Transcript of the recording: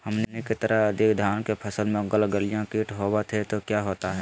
हमनी के तरह यदि धान के फसल में गलगलिया किट होबत है तो क्या होता ह?